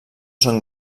són